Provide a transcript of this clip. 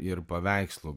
ir paveikslų